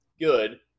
good